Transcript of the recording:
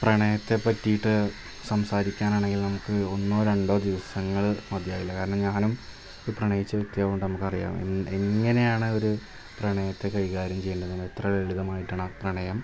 പ്രണയത്തെ പറ്റിയിട്ട് സംസാരിക്കാനാണെങ്കിൽ നമുക്ക് ഒന്നോ രണ്ടോ ദിവസങ്ങൾ മതിയാവില്ല കാരണം ഞാനും ഒരു പ്രണയിച്ച വ്യക്തിയായതു കൊണ്ട് നമുക്കറിയാം എങ്ങനെയാണൊരു പ്രണയത്തെ കൈകാര്യം ചെയ്യുന്നതിനെത്ര ലളിതമായിട്ടാണാ പ്രണയം